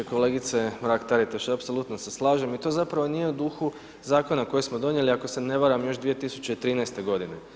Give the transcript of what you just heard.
Kolegice Mrak Taritaš, apsolutno se slažem i to zapravo nije u duhu zakona koji smo donijeli, ako se ne varam još 2013. godine.